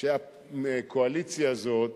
שהקואליציה הזאת,